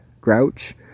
Grouch